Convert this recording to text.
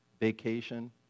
vacation